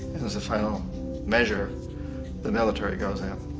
and as final mesure the military goes in.